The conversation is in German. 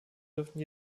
dürften